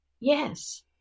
yes